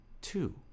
two